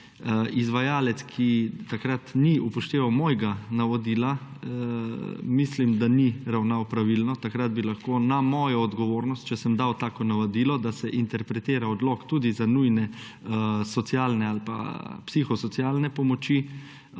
Izvajalec, ki takrat ni upošteval mojega navodila, mislim, da ni ravnal pravilno. Takrat bi lahko na mojo odgovornost, če sem dal tako navodilo, da se interpretira odlok tudi za nujne socialne ali pa psihosocialne pomoči,